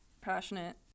passionate